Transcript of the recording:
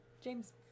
James